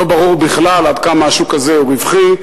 לא ברור בכלל עד כמה השוק הזה הוא רווחי,